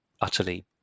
utterly